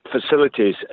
facilities